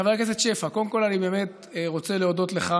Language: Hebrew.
חבר הכנסת שפע, קודם כול אני רוצה להודות לך